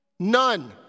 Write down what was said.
None